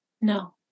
No